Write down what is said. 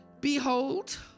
Behold